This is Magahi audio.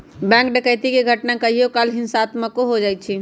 बैंक डकैती के घटना कहियो काल हिंसात्मको हो जाइ छइ